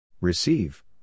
Receive